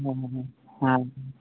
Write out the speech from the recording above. हा हा हा